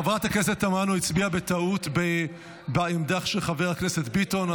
חברת הכנסת תמנו הצביעה בטעות בעמדה של חבר הכנסת ביטון.